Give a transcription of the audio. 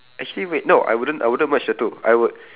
actually wait no I wouldn't I wouldn't merge the two I would